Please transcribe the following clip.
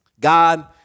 God